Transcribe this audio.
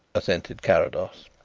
assented carrados.